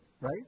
right